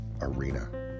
arena